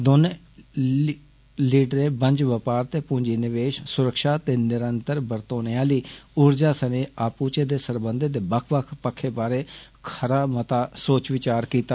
दौने लीडरें बनज बपार ते पूंजी निवेष सुरक्षा ते निरंतर बरतोने आली उर्जा सनें आपूंचें दे सरबंधें दे बक्ख बक्ख पक्खें बारै खरा मता सोच विचार कीता